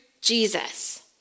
Jesus